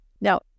Now